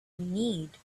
need